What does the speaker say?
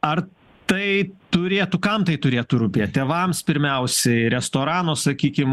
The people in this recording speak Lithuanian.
ar tai turėtų kam tai turėtų rūpėt tėvams pirmiausiai restorano sakykim